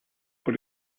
but